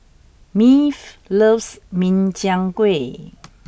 Maeve loves Min Chiang Kueh